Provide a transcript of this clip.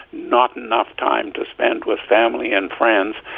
not enough time to spend with family and friends.